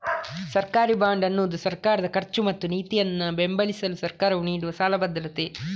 ಸರ್ಕಾರಿ ಬಾಂಡ್ ಅನ್ನುದು ಸರ್ಕಾರದ ಖರ್ಚು ಮತ್ತು ನೀತಿಯನ್ನ ಬೆಂಬಲಿಸಲು ಸರ್ಕಾರವು ನೀಡುವ ಸಾಲ ಭದ್ರತೆ